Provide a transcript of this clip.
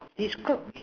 describe